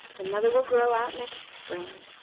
another will grow out next spring.